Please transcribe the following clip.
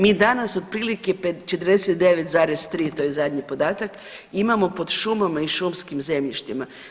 Mi danas otprilike 49,3 to je zadnji podatak imamo pod šumama i šumskim zemljištima.